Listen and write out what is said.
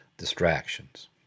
distractions